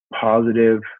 positive